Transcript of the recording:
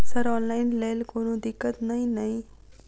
Sir online लैल कोनो दिक्कत न ई नै?